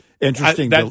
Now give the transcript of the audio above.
Interesting